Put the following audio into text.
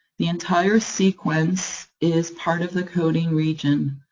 the entire sequence is part of the coding region,